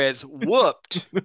whooped